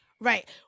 Right